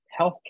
healthcare